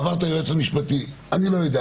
זה עבר את היועץ המשפטי אני לא יודע.